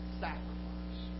sacrifice